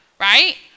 right